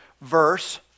verse